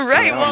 Right